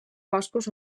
boscos